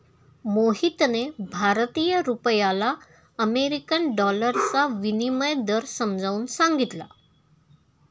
मोहितने भारतीय रुपयाला अमेरिकन डॉलरचा विनिमय दर समजावून सांगितला